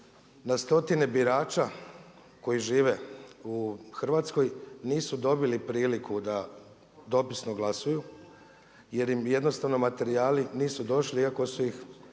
na stotine birača koji žive u Hrvatskoj nisu dobili priliku da dopisno glasuju jer im jednostavno materijali nisu došli iako su ih